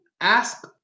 ask